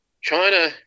China